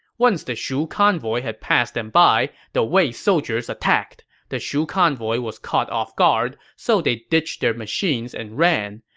once the shu convoy had passed them by, the wei soldiers attacked. the shu convoy was caught off guard, so they ditched their machines and ran.